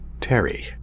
Terry